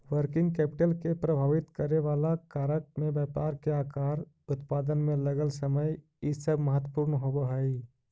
working capital के प्रभावित करेवाला कारक में व्यापार के आकार, उत्पादन में लगल समय इ सब महत्वपूर्ण होव हई